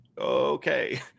okay –